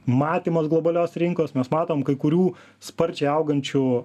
matymas globalios rinkos mes matom kai kurių sparčiai augančių